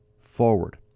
forward